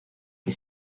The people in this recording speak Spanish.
que